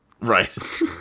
Right